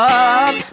up